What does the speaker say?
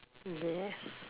yes